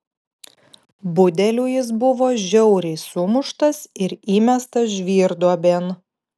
budelių jis buvo žiauriai sumuštas ir įmestas žvyrduobėn